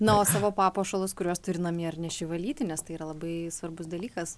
na o savo papuošalus kuriuos turi namie ar neši valyti nes tai yra labai svarbus dalykas